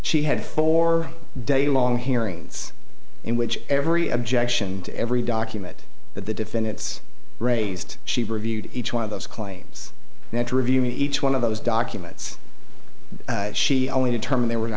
she had for day long hearings in which every objection to every document that the defendants raised she reviewed each one of those claims now to review each one of those documents she only determined they were to